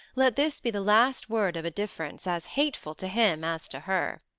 let this be the last word of a difference as hateful to him as to her.